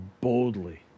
boldly